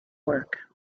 work